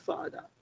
Father